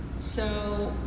so,